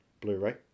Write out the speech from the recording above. Blu-ray